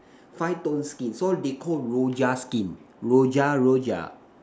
five tone skin so they called Rojak skin Rojak Rojak